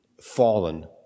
fallen